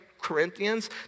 Corinthians